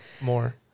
more